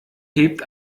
hebt